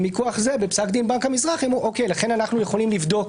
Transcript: מכוח זה בפסק דין בנק המזרחי אמרו לכן אנחנו יכולים לבדוק